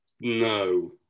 no